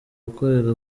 gukorera